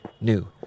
new